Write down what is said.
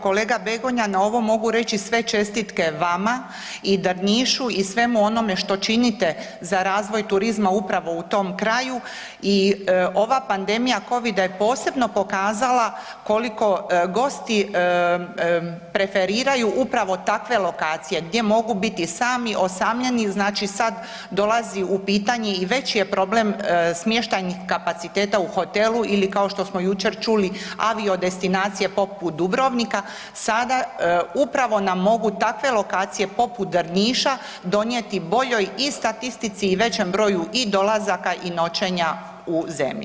Kolega Begonja na ovo mogu reći sve čestitke vama i Drnišu i svemu onome što činite za razvoj turizma upravo u tom kraju i ova pandemija Covida je posebno pokazala koliko gosti preferiraju upravo takve lokacije gdje mogu biti sami, osamljeni znači sad dolazi u pitanje i veći je problem smještajnih kapaciteta u hotelu ili kao što smo jučer čuli aviodestinacije poput Dubrovnika, sada upravo nam mogu takve lokacije poput Drniša donijeti boljoj i statistici i većem broju i dolazaka i noćenja u zemlji.